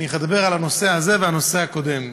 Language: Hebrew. אני אדבר על הנושא הזה והנושא הקודם.